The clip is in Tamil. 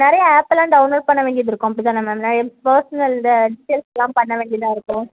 நிறைய ஆப் எல்லாம் டவுன்லோட் பண்ண வேண்டியது இருக்கும் அப்படிதான மேம் நான் ஏன் பர்ஸ்னல் இதை எல்லாம் பண்ண வேண்டியதாக இருக்கும்